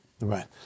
Right